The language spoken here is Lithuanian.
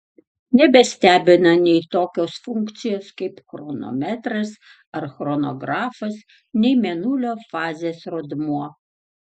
nebestebina nei tokios funkcijos kaip chronometras ar chronografas nei mėnulio fazės rodmuo